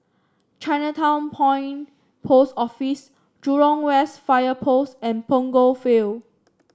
Chinatown Point Post Office Jurong West Fire Post and Punggol Field